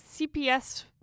CPS